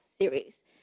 series